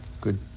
Good